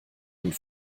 und